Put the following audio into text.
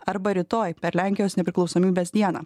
arba rytoj per lenkijos nepriklausomybės dieną